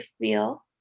feel